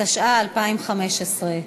התשע"ו 2015,